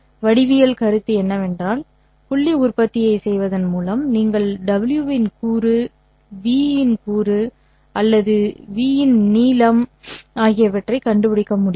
வடிவியல் கருத்து என்னவென்றால் புள்ளி உற்பத்தியைச் செய்வதன் மூலம் நீங்கள் v' இன் கூறு 'v இன் கூறு அல்லது 'v இன் நீளம் ஆகியவற்றைக் கண்டுபிடிக்க முடியும்